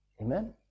amen